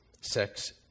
sex